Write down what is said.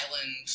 island